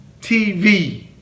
TV